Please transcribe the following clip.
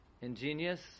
ingenious